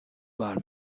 بار